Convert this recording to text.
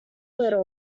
little